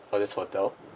for this hotel